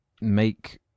Make